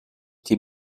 die